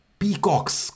peacocks